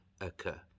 occur